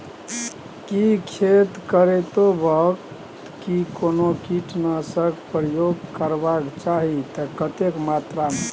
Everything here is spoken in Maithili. की खेत करैतो वक्त भी कोनो कीटनासक प्रयोग करबाक चाही त कतेक मात्रा में?